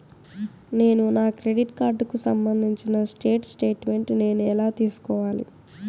నేను నా క్రెడిట్ కార్డుకు సంబంధించిన స్టేట్ స్టేట్మెంట్ నేను ఎలా తీసుకోవాలి?